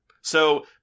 So-